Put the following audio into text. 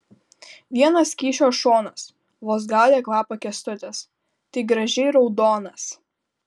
vienas kyšio šonas vos gaudė kvapą kęstutis tai gražiai raudonas